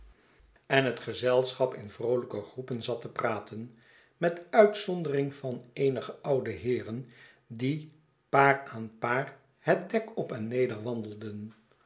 gezelschap in vroolijke groepen zat te praten met uitzondering van eenige oude heeren die paar aan paar het dek op en